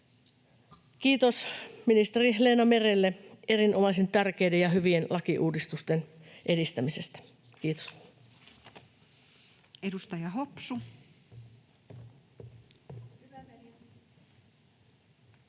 Kiitos ministeri Leena Merelle erinomaisen tärkeiden ja hyvien lakiuudistusten edistämisestä. — Kiitos.